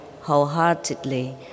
wholeheartedly